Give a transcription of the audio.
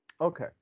Okay